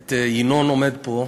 את ינון עומד פה,